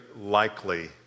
likely